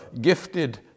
gifted